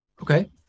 okay